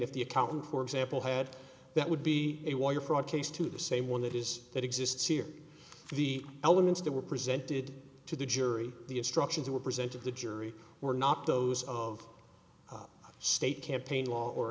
if the accountant for example had that would be a wire fraud case to the same one that is that exists here the elements that were presented to the jury the instructions were present to the jury were not those of the state campaign